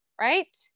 right